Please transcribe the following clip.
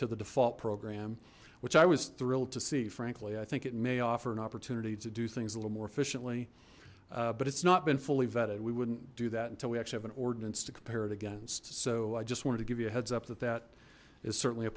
to the default program which i was thrilled to see frankly i think it may offer an opportunity to do things a little more efficiently but it's not been fully vetted we wouldn't do that until we actually have an ordinance to compare it against so i just wanted to give you a heads up that that is certainly a